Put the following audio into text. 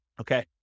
Okay